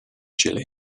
chile